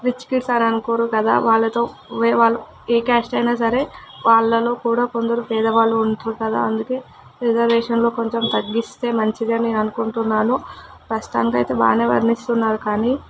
rich kids అనుకోరు కదా వాళ్ళతో వాళ్ళు ఏ క్యాస్ట్ అయిన సరే వాళ్ళలో కూడా కొందరు పేదవాళ్ళు ఉంటారు కదా అందుకే రిజర్వేషన్లో కొంచెం తగ్గిస్తే మంచిదని నేను అనుకుంటున్నాను ప్రస్తుతానికి అయితే బాగా వర్ణిస్తున్నారు కానీ